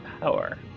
power